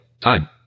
time